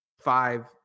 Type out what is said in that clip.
five